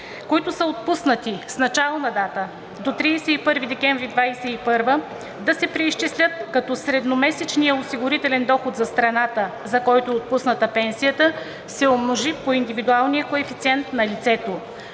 които са отпуснати с начална дата до 31 декември 2021 г., да се преизчислят, като средномесечният осигурителен доход за страната, за който е отпусната пенсията, се умножи по индивидуалния коефициент на лицето.